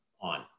on